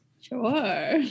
Sure